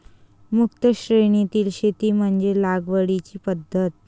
मुक्त श्रेणीतील शेती म्हणजे लागवडीची पद्धत